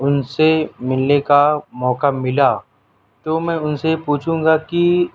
ان سے ملنے کا موقع ملا تو میں ان سے پوچھوں گا کہ